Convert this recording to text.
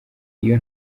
iyo